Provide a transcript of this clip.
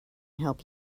help